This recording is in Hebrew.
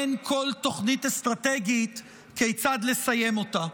אין כל תוכנית אסטרטגית כיצד לסיים אותה,